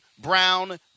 brown